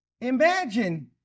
Imagine